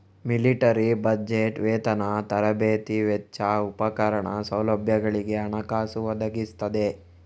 military budget ವೇತನ, ತರಬೇತಿ ವೆಚ್ಚ, ಉಪಕರಣ, ಸೌಲಭ್ಯಗಳಿಗೆ ಹಣಕಾಸು ಒದಗಿಸ್ತದೆ